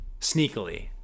sneakily